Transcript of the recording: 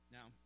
Now